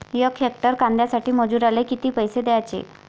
यक हेक्टर कांद्यासाठी मजूराले किती पैसे द्याचे?